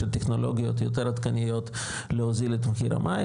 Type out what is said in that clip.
טכנולוגיות יותר עדכניות להוזיל את מחיר המים?